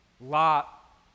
Lot